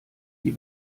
die